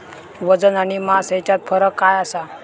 वजन आणि मास हेच्यात फरक काय आसा?